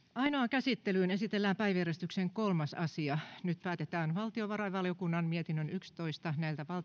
käsittelyyn esitellään päiväjärjestyksen kolmas asia nyt päätetään valtiovarainvaliokunnan mietinnön yksitoista